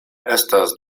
estas